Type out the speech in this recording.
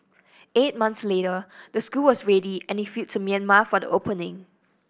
eight months later the school was ready and he flew to Myanmar for the opening